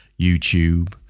YouTube